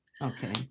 okay